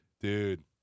dude